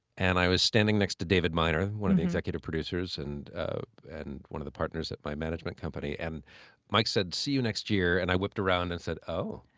and i was standing next to david miner, one of the executive producers, and and one of the partners at my management company, and mike said, see you next year, and i whipped around and said, oh?